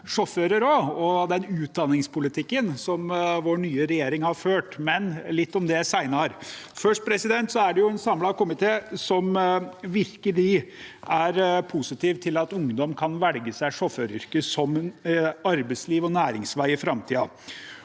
sjåfører også, og den utdanningspolitikken som vår nye regjering har ført, men litt om det senere. Først: Det er en samlet komité som virkelig er positiv til at ungdom kan velge seg sjåføryrket som arbeidsliv og næringsvei i framtiden.